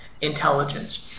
intelligence